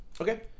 Okay